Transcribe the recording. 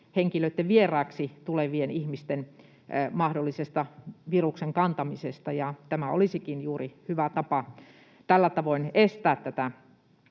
henkilöitten vieraaksi tulevien ihmisten mahdollisesta viruksen kantamisesta. Tämä olisikin juuri hyvä tapa tällä tavoin estää tätä